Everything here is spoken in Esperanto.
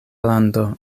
lando